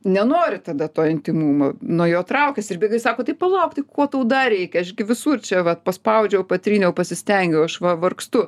nenori tada to intymumo nuo jo traukiasi ir bėga jis sako tai palauk tai ko tau dar reikia aš gi visur čia vat paspaudžiau patryniau pasistengiau aš va vargstu